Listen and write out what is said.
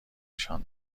نشان